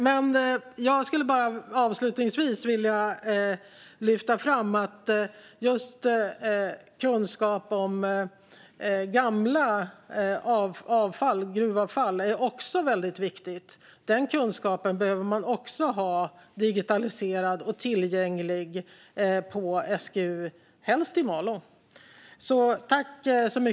Avslutningsvis vill jag lyfta fram att kunskap om gammalt gruvavfall också är viktigt. Den kunskapen behöver också digitaliseras och bli tillgänglig på SGU - helst i Malå. Jag tackar för svaren på frågorna. Jag hoppas verkligen att ministern tar med sig frågorna i arbetet framåt.